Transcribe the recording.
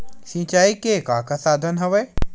सिंचाई के का का साधन हवय?